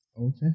Okay